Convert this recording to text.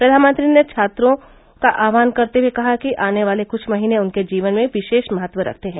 प्रधानमंत्री ने छात्रों आ आह्वान करते हुए कहा कि आने वाले कुछ महीने उनके जीवन में विशेष महत्व रखते हैं